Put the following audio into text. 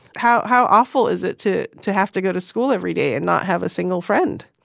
how how awful is it to to have to go to school every day and not have a single friend?